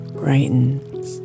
brightens